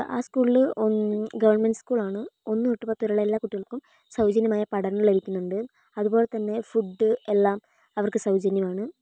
ആ സ്കൂളിൽ ഒന്ന് ഗവർമെൻറ്റ് സ്കൂളാണ് ഒന്നുതൊട്ടു പത്തുവരെയുള്ള എല്ലാ കുട്ടികൾക്കും സൗജന്യമായ പഠനം ലഭിക്കുന്നുണ്ട് അതുപോലെത്തന്നെ ഫുഡ് എല്ലാം അവർക്ക് സൗജന്യമാണ്